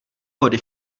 vody